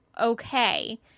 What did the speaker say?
Okay